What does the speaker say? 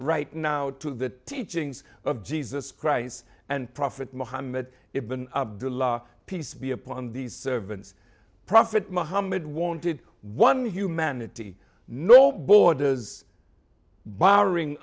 right now to the teachings of jesus christ and prophet mohammed it been the law peace be upon these servants prophet mohammed wanted one humanity no borders barring